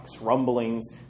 rumblings